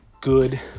good